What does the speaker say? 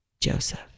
Joseph